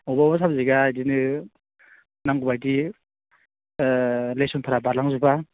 अबावबा साबजेक्टआ बिदिनो नांगौ बायदियै लेसनफ्रा बारलांजोबा